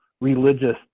religious